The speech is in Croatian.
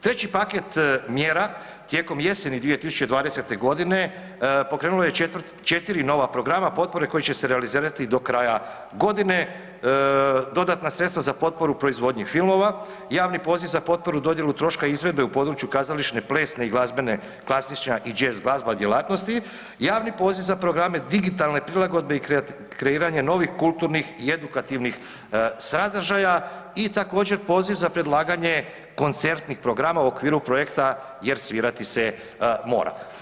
Treći paket mjera tijekom jeseni 2020.g. pokrenulo je 4 nova programa potpore koji će se realizirati do kraja godine, dodatna sredstva za potporu proizvodnje filmova, javni poziv za potporu i dodjelu troška izvedbe u području kazališne plesne i glazbene, klasična i jazz glazba, djelatnosti, javni poziv za programe digitalne prilagodbe i kreiranje novih kulturnih i edukativnih sadržaja i također poziv za predlaganje koncertnih programa u okviru projekta „Jer svirati se mora“